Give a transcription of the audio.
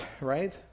right